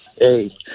Hey